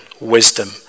wisdom